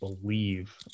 believe